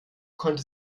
konnte